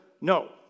no